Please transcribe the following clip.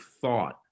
thought